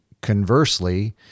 conversely